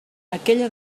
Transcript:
aquella